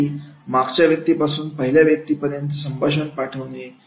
जसे की मागचा व्यक्तीपासून पहिल्या व्यक्तीपर्यंत संभाषण पाठवणे